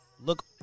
Look